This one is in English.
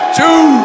two